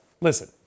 Listen